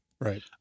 Right